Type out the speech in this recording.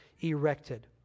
erected